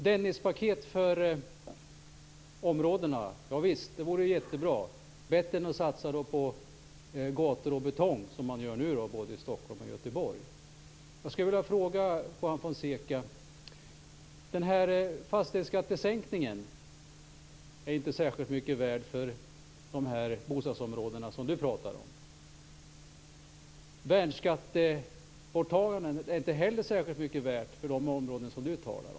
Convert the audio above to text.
Dennispaket för dessa bostadsområden vore jättebra, bättre än att satsa på gator och betong som man gör nu i både Stockholm och Göteborg. Jag vill ställa en fråga till Juan Fonseca. Fastighetsskattesänkningen och borttagandet av värnskatten är inte särskilt mycket värt för de bostadsområden som vi talar om.